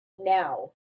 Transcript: Now